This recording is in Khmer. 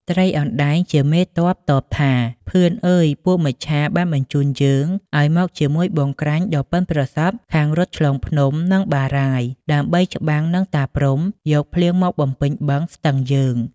ត្រីអណ្តែង ជាមេទ័ពតបថា “ ភឿនអើយ ! ពួកមច្ឆាបានបញ្ជូនយើងឱ្យមកជាមួយបងក្រាញ់ដ៏ប៉ិន ប្រសប់ខាងរត់ឆ្លងភ្នំ និងបារាយណ៍ ដើម្បីច្បាំងនឹងតាព្រហ្មយកភ្លៀងមកបំពេញបឹង ស្ទឹងយើង “ ។